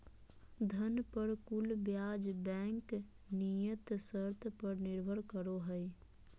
धन पर कुल ब्याज बैंक नियम शर्त पर निर्भर करो हइ